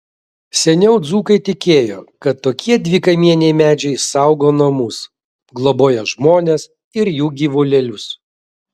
seniau dzūkai tikėjo kad tokie dvikamieniai medžiai saugo namus globoja žmones ir jų gyvulėlius